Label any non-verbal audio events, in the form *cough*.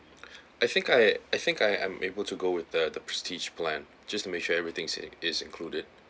I think I I think I I'm able to go with the the prestige plan just to make sure everything is *noise* is included